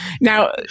Now